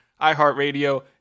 iHeartRadio